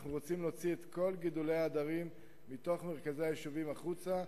אנחנו רוצים להוציא את כל גידולי העדרים מתוך מרכזי היישובים החוצה.